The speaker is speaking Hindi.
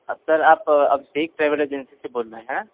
सर आप अभिषेक ट्रैवल एजेंसी से बोल रहे हैं